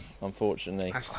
unfortunately